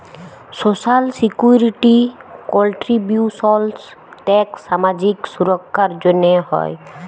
social security contributions tax সামাজিক সুরক্ষার জ্যনহে হ্যয়